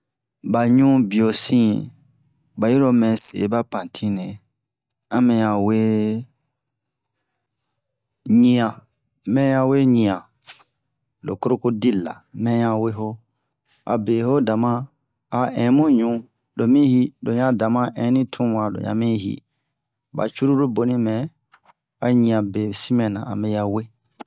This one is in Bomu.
Ba ɲu biyo sin ba yiro mɛ se ba pantine a mɛn ya we ɲiyan mɛ ha we ɲiyan lo korokodil la mɛ ya we ho abe ho dama a in mu ɲu lo mi hi lo yan dama in ni tun wa lo yan mi hi ba cururu boni mɛ a ɲiyan besin mɛna a me ya we